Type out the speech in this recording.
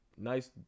Nice